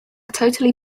totally